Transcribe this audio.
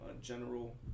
general